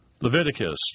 Leviticus